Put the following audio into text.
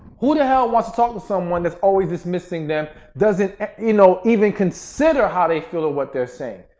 who the hell wants to talk to someone that's always dismissing them. doesn't you know, even consider how they feel or what they're saying.